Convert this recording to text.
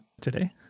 today